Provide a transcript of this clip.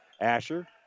Asher